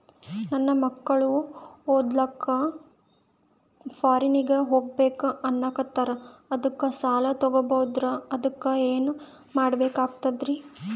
ನನ್ನ ಮಕ್ಕಳು ಓದ್ಲಕ್ಕ ಫಾರಿನ್ನಿಗೆ ಹೋಗ್ಬಕ ಅನ್ನಕತ್ತರ, ಅದಕ್ಕ ಸಾಲ ತೊಗೊಬಕಂದ್ರ ಅದಕ್ಕ ಏನ್ ಕೊಡಬೇಕಾಗ್ತದ್ರಿ?